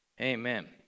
amen